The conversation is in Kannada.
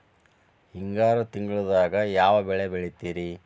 ಹಿಂಗಾರು ತಿಂಗಳದಾಗ ಯಾವ ಬೆಳೆ ಬೆಳಿತಿರಿ?